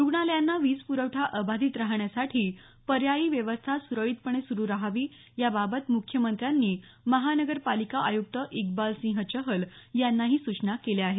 रुग्णालयांना वीज पूरवठा अबाधित राहण्यासाठी पर्यायी व्यवस्था सुरळीतपणे सुरू राहावी याबाबत मुख्यमंत्र्यांनी महानगरपालिका आयुक्त इकबाल सिंह चहल यांनाही सूचना केल्या आहेत